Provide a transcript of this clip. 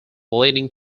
leading